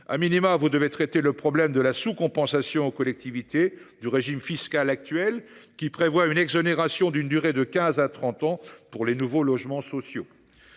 à tout le moins traiter le problème de la sous-compensation aux collectivités du régime fiscal actuel, qui prévoit une exonération d’une durée de quinze à trente ans pour les nouveaux logements sociaux.